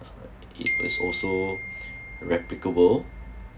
uh it is also replicable